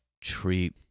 treat